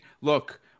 look